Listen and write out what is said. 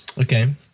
Okay